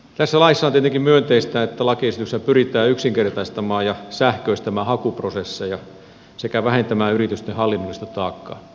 tässä laissa on tietenkin myönteistä että lakiesityksellä pyritään yksinkertaistamaan ja sähköistämään hakuprosesseja sekä vähentämään yritysten hallinnollista taakkaa